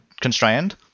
constrained